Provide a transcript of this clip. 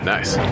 Nice